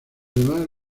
demás